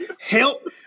Help